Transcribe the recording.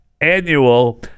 annual